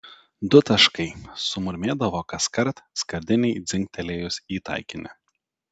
du taškai sumurmėdavo kaskart skardinei dzingtelėjus į taikinį